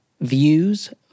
views